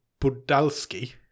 Budalski